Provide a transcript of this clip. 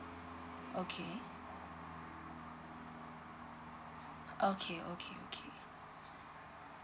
okay okay okay okay